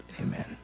Amen